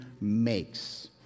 makes